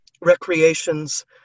recreations